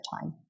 time